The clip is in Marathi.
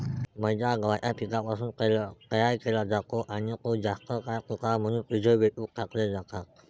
मैदा गव्हाच्या पिठापासून तयार केला जातो आणि तो जास्त काळ टिकावा म्हणून प्रिझर्व्हेटिव्ह टाकले जातात